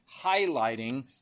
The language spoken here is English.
highlighting